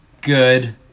good